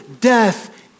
death